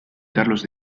carlos